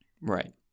Right